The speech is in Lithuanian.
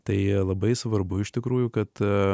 tai labai svarbu iš tikrųjų kad